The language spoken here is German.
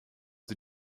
sie